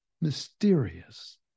mysterious